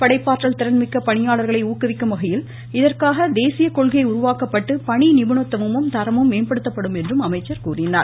படைப்பாற்றல் திறன் மிக்க பணியாளர்களை ஊக்குவிக்கும்வகையில் இதற்காக தேசிய கொள்கை உருவாக்கப்பட்டு பணி நிபுணத்துவமும் தரமும் மேம்படுத்தப்படும் என்றார்